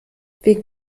wegen